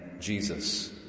Jesus